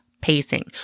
Pacing